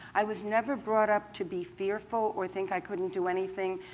i was never brought up to be fearful or think i couldn't do anything